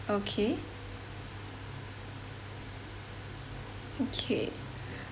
okay okay